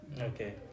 Okay